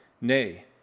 Nay